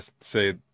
say